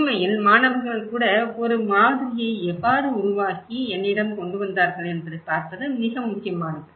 உண்மையில் மாணவர்கள் கூட ஒரு மாதிரியை எவ்வாறு உருவாக்கி என்னிடம் கொண்டு வந்தார்கள் என்பதைப் பார்ப்பது மிக முக்கியமானது